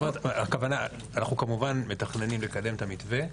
אנחנו כמובן מתכוונים לקדם את המתווה,